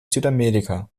südamerika